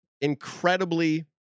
incredibly